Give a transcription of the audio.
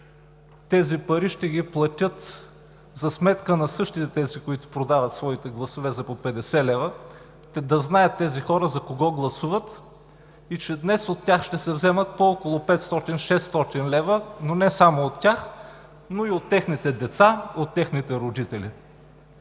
тези пари за сметка на същите, които продават своите гласове за по 50 лв. – да знаят хората за кого гласуват, и че днес от тях ще се вземат по около 500 – 600 лв., но не само от тях, а и от техните деца и техните родители.